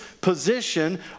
position